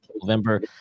November